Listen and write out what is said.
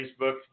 Facebook